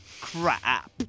crap